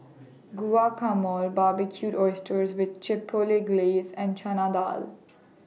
Guacamole Barbecued Oysters with Chipotle Glaze and Chana Dal